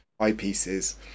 eyepieces